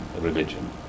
religion